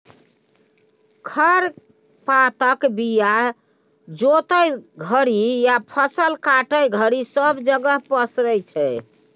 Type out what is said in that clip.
खर पातक बीया जोतय घरी या फसल काटय घरी सब जगह पसरै छी